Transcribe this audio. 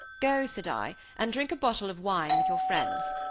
go, said i, and drink a bottle of wine with your friends.